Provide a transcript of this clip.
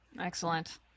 Excellent